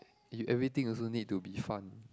you everything also need to be fun